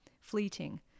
fleeting